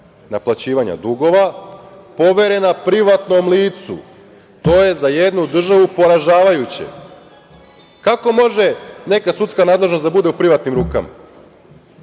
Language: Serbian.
naplaćivanja dugova poverena privatnom licu. To je za jednu državu poražavajuće. Kako može neka sudska nadležnost da bude u privatnim rukama?